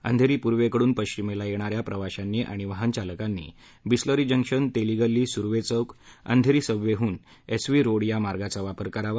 अंधेरी पूर्वेकडून पश्चिमेला येणा या प्रवाशांनी आणि वाहनचालकांनी बिस्लेरी जंक्शन तेली गल्ली सुर्वे चौक अंधेरी सबवेहन एस व्ही रोड या मार्गाचा वापर करावा